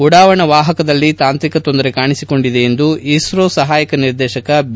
ಉಡಾವಣಾ ವಾಹಕದಲ್ಲಿ ತಾಂತ್ರಿಕ ತೊಂದರೆ ಕಾಣಿಸಿಕೊಂಡಿದೆ ಎಂದು ಇಸ್ತೋ ಸಹಾಯಕ ನಿರ್ದೇಶಕ ಬಿ